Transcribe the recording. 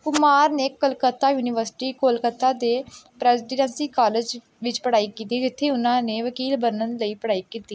ਕੁਮਾਰ ਨੇ ਕਲਕੱਤਾ ਯੂਨੀਵਰਸਿਟੀ ਕੋਲਕਾਤਾ ਦੇ presidency college ਵਿੱਚ ਪੜ੍ਹਾਈ ਕੀਤੀ ਜਿੱਥੇ ਉਨ੍ਹਾਂ ਨੇ ਵਕੀਲ ਬਣਨ ਲਈ ਪੜ੍ਹਾਈ ਕੀਤੀ